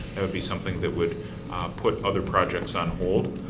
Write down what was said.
would be something that would put other projects on hold.